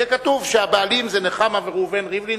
יהיה כתוב שהבעלים הם נחמה וראובן ריבלין,